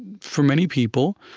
for many people,